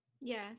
yes